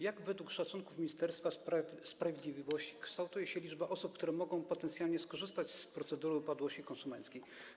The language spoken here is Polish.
Jak według szacunków Ministerstwa Sprawiedliwości kształtuje się liczba osób, które mogą potencjalnie skorzystać z procedury upadłości konsumenckiej?